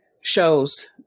shows